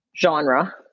genre